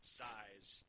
size